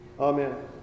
Amen